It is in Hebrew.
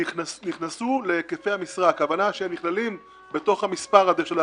נכנסו להיקפי המשרה, כלומר שנכללים במספר הזה,